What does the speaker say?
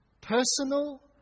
personal